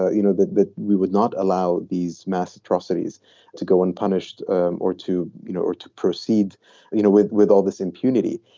ah you know, that that we would not allow these mass atrocities to go unpunished or to you know or to proceed you know with with all this impunity.